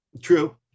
True